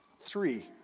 Three